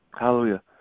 Hallelujah